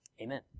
Amen